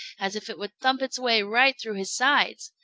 as if it would thump its way right through his sides.